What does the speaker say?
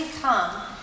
come